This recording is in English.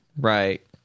Right